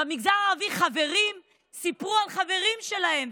במגזר הערבי חברים סיפרו על חברים שלהם,